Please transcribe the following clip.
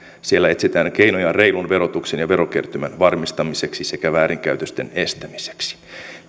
siellä etsitään keinoja reilun verotuksen ja verokertymän varmistamiseksi sekä väärinkäytösten estämiseksi